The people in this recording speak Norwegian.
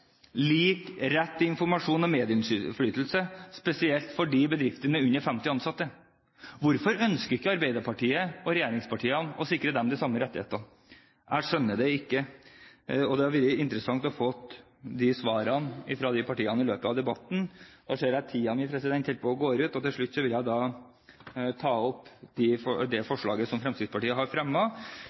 lik rett til informasjon og medinnflytelse, spesielt for de bedriftene med under 50 ansatte. Hvorfor ønsker ikke Arbeiderpartiet – og alle regjeringspartiene – å sikre dem de samme rettighetene? Jeg skjønner det ikke, og det hadde vært interessant å få svarene fra de partiene i løpet av debatten. Jeg ser at tiden min holder på å gå ut, og jeg vil helt til slutt ta opp det forslaget som Fremskrittspartiet har